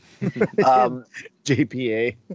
JPA